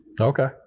Okay